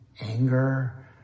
anger